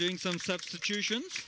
doing some substitution